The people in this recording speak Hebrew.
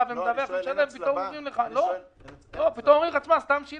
ומדווח ומשלם פתאום אומרים לך: סתם שילמת,